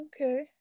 Okay